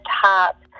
top